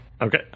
Okay